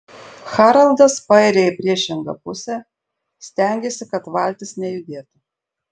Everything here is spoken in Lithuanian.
haraldas pairia į priešingą pusę stengiasi kad valtis nejudėtų